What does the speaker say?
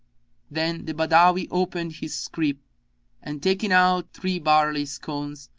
then the badawi opened his scrip and, taking out three barley scones,